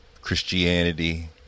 Christianity